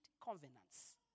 covenants